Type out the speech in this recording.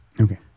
Okay